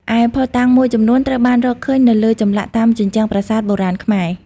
ឯភស្តុតាងមួយចំនួនត្រូវបានរកឃើញនៅលើចម្លាក់តាមជញ្ជាំងប្រាសាទបុរាណខ្មែរ ។